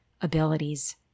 abilities